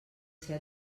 ser